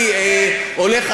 אני הולך,